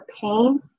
pain